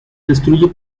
destruye